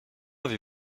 avez